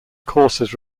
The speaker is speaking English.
courses